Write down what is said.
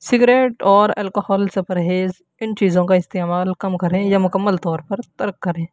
cigarette اور alcohol سے پرہیز ان چیزوں کا استعمال کم کریں یا مکمل طور پر ترک کریں